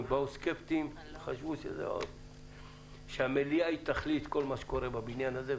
הם באו סקפטים וחשבו שהמליאה היא תכלית כל מה שקורה בבניין הזה.